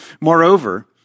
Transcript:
Moreover